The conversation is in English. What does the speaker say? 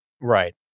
Right